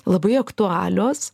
labai aktualios